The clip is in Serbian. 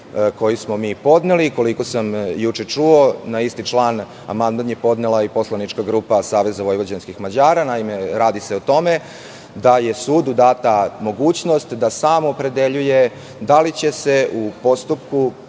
koji smo mi podneli. Koliko sam juče čuo, na isti član amandman je podnela i poslanička grupa SVM. Radi se o tome da je sudu data mogućnost da sam opredeljuje da li će se u postupku